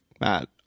Matt